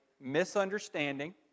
misunderstanding